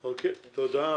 אוקיי, תודה.